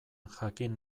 jakin